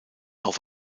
auf